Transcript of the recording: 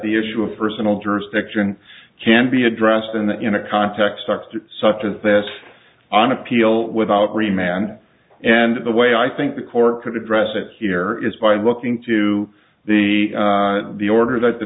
the issue of personal jurisdiction can be addressed in the in a context subject such as this on appeal without remained and the way i think the court could address it here is by looking to the the order that the